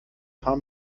paar